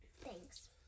Thanks